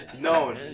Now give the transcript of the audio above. No